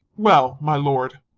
well, my lord.